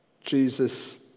Jesus